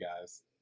guys